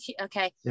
Okay